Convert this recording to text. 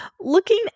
Looking